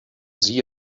sie